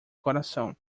coração